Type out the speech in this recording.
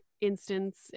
instance